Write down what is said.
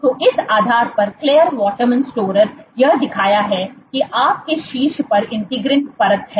तो इस आधार पर Clare Waterman Storer यह दिखाया कि आप के शीर्ष पर integrin परत है